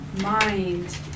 mind